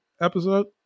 episode